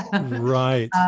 Right